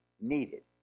needed